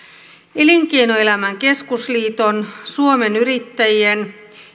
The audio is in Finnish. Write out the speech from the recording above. elinkeinoelämän keskusliiton suomen yrittäjien